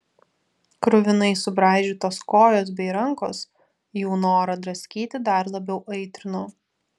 kruvinai subraižytos kojos bei rankos jų norą draskyti dar labiau aitrino